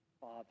father